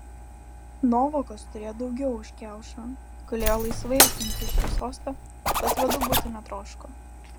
nuovokos turėjo daugiau už kiaušą galėjo laisvai atimti iš jo sostą bet vadu būti netroško